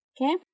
Okay